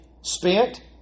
spent